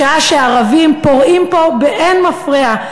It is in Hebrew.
בשעה שערבים פורעים פה באין מפריע,